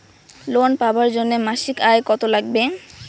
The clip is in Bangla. লোন পাবার জন্যে মাসিক আয় কতো লাগবে?